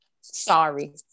Sorry